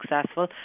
successful